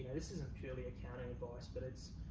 this isn't purely accounting advice but it's